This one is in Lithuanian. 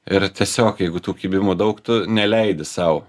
ir tiesiog jeigu tų kibimų daug tu neleidi sau